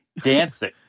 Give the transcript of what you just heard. dancing